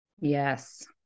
Yes